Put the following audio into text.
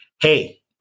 Hey